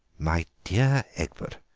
my dear egbert,